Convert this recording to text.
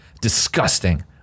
disgusting